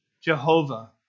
Jehovah